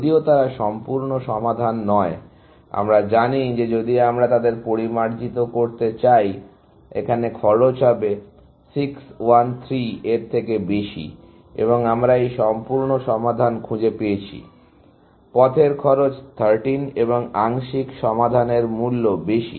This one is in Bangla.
যদিও তারা সম্পূর্ণ সমাধান নয় আমরা জানি যে যদি আমরা তাদের পরিমার্জিত করতে চাই এখানে খরচ হবে 613 এর বেশি এবং আমরা এই সম্পূর্ণ সমাধান খুঁজে পেয়েছি পথের খরচ 13 এবং আংশিক সমাধানের মূল্য বেশি